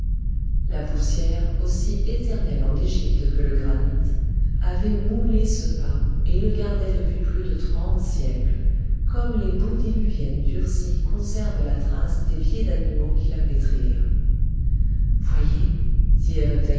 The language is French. la poussière aussi éternelle en égypte que le granit avait moulé ce pas et le gardait depuis plus de trente siècles comme les boues diluviennes durcies conservent la trace des pieds d'animaux qui la pétrirent voyez